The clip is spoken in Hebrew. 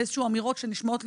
ואת הפער הזה צריך לסגור.